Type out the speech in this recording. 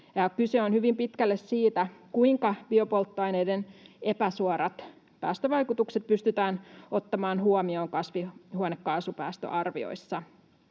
Kyse on hyvin pitkälle siitä, kuinka biopolttoaineiden epäsuorat päästövaikutukset pystytään ottamaan huomioon kasvihuonekaasupäästöarvioissa.